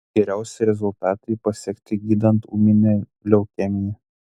geriausi rezultatai pasiekti gydant ūminę leukemiją